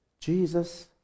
Jesus